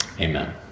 Amen